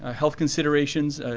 ah health considerations,